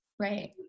Right